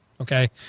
Okay